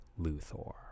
Luthor